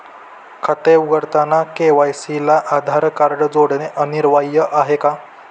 खाते उघडताना के.वाय.सी ला आधार कार्ड जोडणे अनिवार्य आहे का?